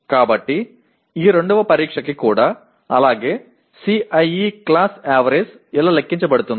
కాబట్టి ఈ రెండవ పరీక్ష కి కూడా అలాగే CIE క్లాస్ యావరేజ్ ఇలా లెక్కించబడుతుంది